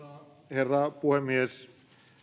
herra puhemies